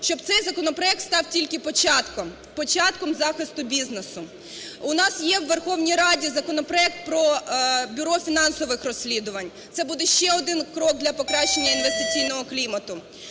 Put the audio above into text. щоб цей законопроект став тільки початком, початком захисту бізнесу. У нас є в Верховній Раді законопроект про бюро фінансових розслідувань. Це буде ще один крок для покращення інвестиційного клімату.